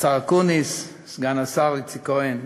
השר אקוניס, סגן השר איציק כהן,